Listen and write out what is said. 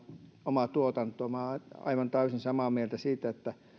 omaa tuotantoa olen aivan täysin samaa mieltä siitä että